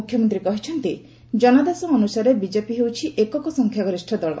ମୁଖ୍ୟମନ୍ତ୍ରୀ କହିଛନ୍ତି କନାଦେଶ ଅନୁସାରେ ବିଜେପି ହେଉଛି ଏକକ ସଂଖ୍ୟାଗରିଷ୍ଠ ଦଳ